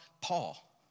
Paul